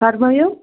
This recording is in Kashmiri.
فرمٲیو